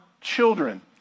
children